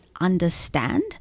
understand